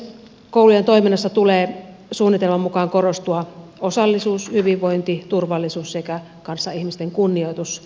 koulujen toiminnassa tulee suunnitelman mukaan korostua osallisuus hyvinvointi turvallisuus sekä kanssaihmisten kunnioitus